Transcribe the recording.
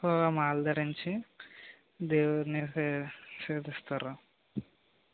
so ఆ మాల ధరించి దేవుడిని సే సేవిస్తారు